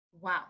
wow